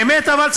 באמת אבל,